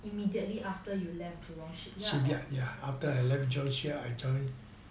immediately after you left to jurong shipyard or